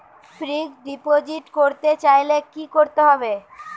Fixed deposit করতে চাইলে কি করতে হবে?